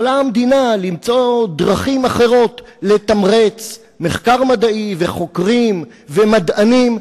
יכולה המדינה למצוא דרכים אחרות לתמרץ מחקר מדעי וחוקרים ומדענים,